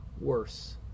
worse